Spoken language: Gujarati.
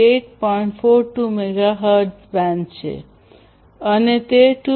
42 મેગાહર્ટ્ઝ બેન્ડ છે અને તે 2